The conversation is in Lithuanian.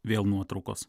vėl nuotraukos